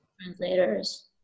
translators